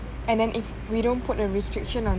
and then if we don't put a restriction on